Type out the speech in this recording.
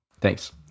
Thanks